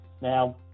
Now